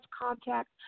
contact